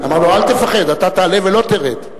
אמר לו: אל תפחד, אתה תעלה ולא תרד.